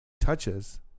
touches